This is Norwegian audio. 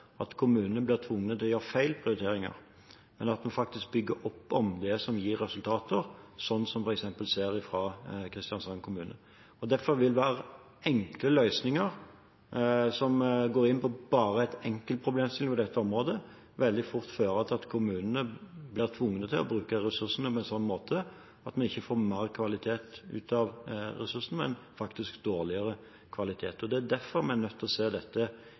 at kommunene blir tvunget til å gjøre feil prioriteringer, men bygger opp om det som gir resultater, som vi f.eks. ser fra Kristiansand kommune. Enkle løsninger på bare én problemstilling på dette området fører veldig fort til at kommunene blir tvunget til å bruke ressursene på en sånn måte at vi ikke får bedre, men dårligere kvalitet ut av ressursene. Derfor er vi nødt til å se på dette i en helhet. Til representanten Knutsen: Hovedutfordringen i dag er ikke at vi vet for lite om de private aktørene på dette